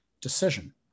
decision